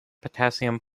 potassium